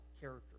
character